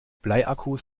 bleiakkus